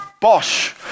Bosch